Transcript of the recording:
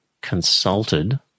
consulted